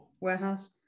warehouse